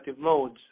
modes